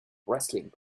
wrestling